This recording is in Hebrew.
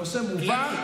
הנושא מובן.